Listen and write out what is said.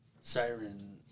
Siren